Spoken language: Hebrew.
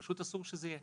פשוט אסור שזה יהיה.